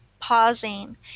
pausing